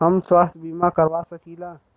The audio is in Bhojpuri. हम स्वास्थ्य बीमा करवा सकी ला?